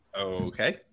Okay